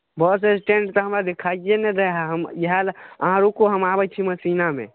बहुत स्टेज तऽ हमरा देखाइए ने दै हइ हम इएह लए अहाँ रुकू हम आबै छी मेसिनामे